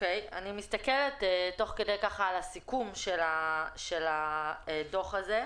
אני מסתכלת על הסיכום של הדוח הזה,